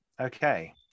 Okay